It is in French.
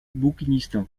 bouquiniste